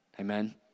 Amen